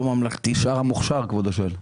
שאר המוכש"ר, כבודו שואל?